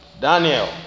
Daniel